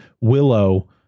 Willow